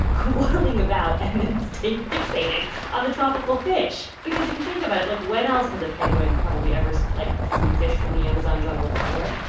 waddling about and then staying fixated on the tropical fish because if you think about it, like when else has a penguin probably ever, like, seen fish from the amazon jungle before?